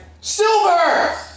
Silver